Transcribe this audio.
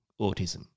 autism